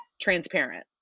transparent